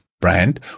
brand